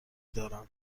دارم